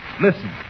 listen